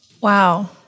Wow